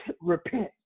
repent